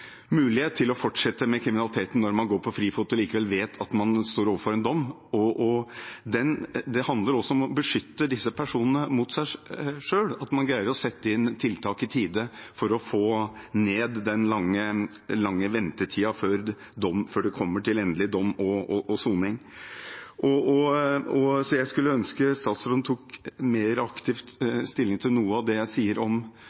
mulighet til å fortsette med kriminaliteten når man er på frifot og likevel vet at man står overfor en dom. Det handler også om å beskytte disse personene mot seg selv, at man greier å sette inn tiltak i tide for å få ned den lange ventetiden før det kommer til endelig dom og soning. Jeg skulle ønske statsråden tok mer aktivt stilling til noe av det jeg sier om